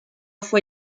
fue